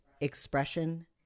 expression